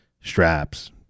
straps